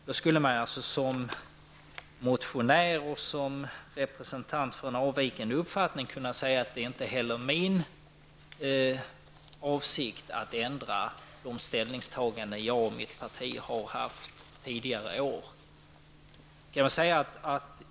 Då skulle man som motionär och som representant för en avvikande uppfattning kunna säga att det inte heller är min avsikt att ändra de ställningstaganden som jag och mitt parti har gjort tidigare år.